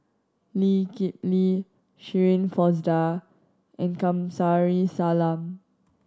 Lee Kip Lee Shirin Fozdar and Kamsari Salam